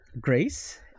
Grace